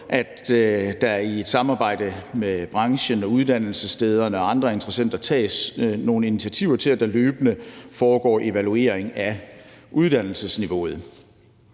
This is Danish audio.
at der i samarbejde med branchen og uddannelsesstederne og andre interessenter tages nogle initiativer til, at der løbende foregår evaluering af uddannelsesniveauet.